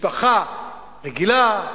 משפחה רגילה,